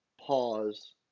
pause